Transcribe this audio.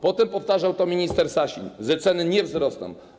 Potem powtarzał to minister Sasin, że ceny nie wzrosną.